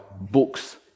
books